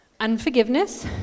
Unforgiveness